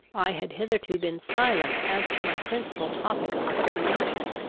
i had hitherto been silent as to my principal topic of recrimination.